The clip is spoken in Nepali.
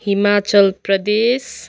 हिमाचल प्रदेश